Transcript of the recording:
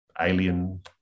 alien